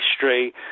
history